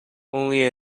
only